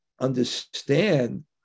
understand